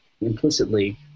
implicitly